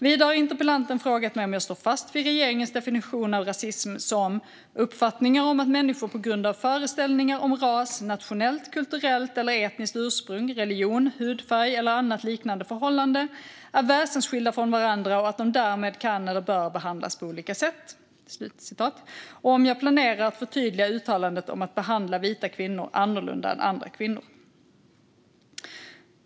Vidare har interpellanten frågat mig om jag står fast vid regeringens definition av rasism som "uppfattningar om att människor på grund av föreställningar om ras, nationellt, kulturellt eller etniskt ursprung, religion, hudfärg eller annat liknande förhållande är väsensskilda från varandra och att de därmed kan eller bör behandlas på olika sätt" och om jag planerar att förtydliga uttalandet om att behandla vita kvinnor annorlunda än andra kvinnor.